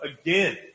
again